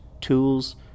tools